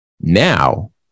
now